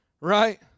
Right